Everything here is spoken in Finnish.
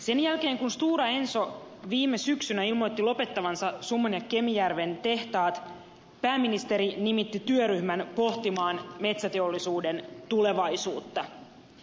sen jälkeen kun stora enso viime syksynä ilmoitti lopettavansa summan ja kemijärven tehtaat pääministeri nimitti työryhmän pohtimaan metsäteollisuuden tulevaisuutta